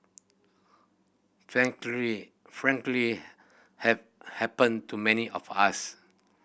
frankly frankly have happened to many of us